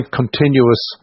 continuous